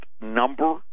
number